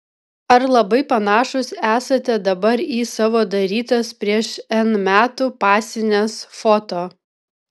ar labai panašūs esate dabar į savo darytas prieš n metų pasines foto